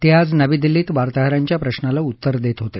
ते आज दिल्लीत वार्ताहरांच्या प्रश्नाला उत्तर देत होते